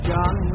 John